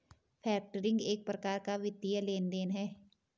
factoring एक प्रकार का वित्तीय लेन देन है